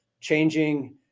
changing